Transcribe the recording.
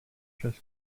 just